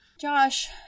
Josh